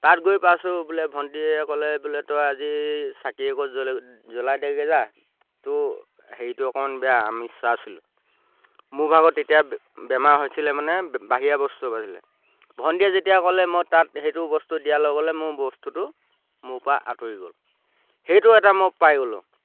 তাত গৈ পাইছোঁ বোলে ভণ্টীয়ে ক'লে বোলে তই আজি চাকি এগছ জ্বলে জ্বলাই দেগৈ যায় তোৰ হেৰিটো অকণ বেয়া আমি চোৱাছিলোঁ মোৰভাগৰ তেতিয়া বেমাৰ হৈছিলে মানে বাহিৰা বস্তুৱে পাইছিলে ভণ্টিয়ে যেতিয়া ক'লে মই তাত সেইটো বস্তু দিয়া লগে লগে মোৰ বস্তুটো মোৰপৰা আঁতৰি গ'ল সেইটো এটা মই পাই গ'লোঁ